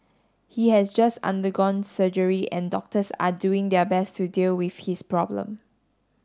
he has just undergone surgery and doctors are doing their best to deal with his problem